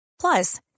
Plus